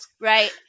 right